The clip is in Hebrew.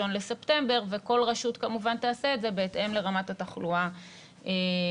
בספטמבר וכל רשות כמובן תעשה את זה בהתאם לרמת התחלואה ביישוב.